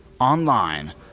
online